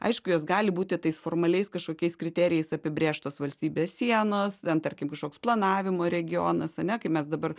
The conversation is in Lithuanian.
aišku jos gali būti tais formaliais kažkokiais kriterijais apibrėžtos valstybės sienos tarkim ten kažkoks planavimo regionas ane kai mes dabar